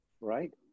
Right